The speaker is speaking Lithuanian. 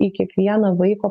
į kiekvieną vaiko